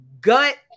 gut